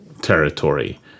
territory